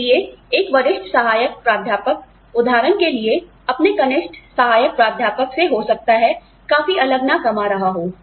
इसलिए एक वरिष्ठ सहायक प्राध्यापक उदाहरण के लिए अपने कनिष्ठ सहायक प्राध्यापक से हो सकता है काफी अलग ना कमा रहा हो